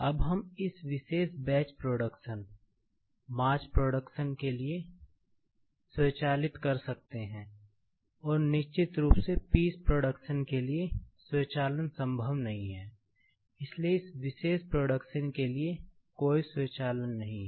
अब हम इस विशेष बैच प्रोडक्शन मास प्रोडक्शन के लिए स्वचालित कर सकते हैं और निश्चित रूप से पीस प्रोडक्शन के लिए स्वचालन संभव नहीं है इसलिए इस विशेष प्रोडक्शन के लिए कोई स्वचालन नहीं है